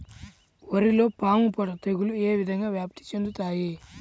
వరిలో పాముపొడ తెగులు ఏ విధంగా వ్యాప్తి చెందుతాయి?